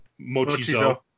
Mochizo